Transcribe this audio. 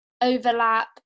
overlap